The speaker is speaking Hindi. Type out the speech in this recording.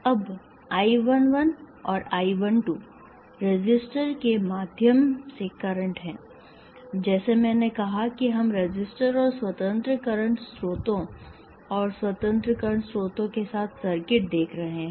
अब I 1 1 और I 1 2 रेसिस्टर के माध्यम से करंट हैं जैसे मैंने कहा कि हम रेसिस्टर और स्वतंत्र करंट स्रोतों और स्वतंत्र करंट स्रोतों के साथ सर्किट देख रहे हैं